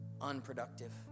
unproductive